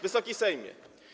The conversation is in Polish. Wysoki Sejmie!